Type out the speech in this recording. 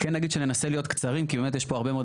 כן נגיד שננסה להיות קצרים כי יש פה הרבה מאוד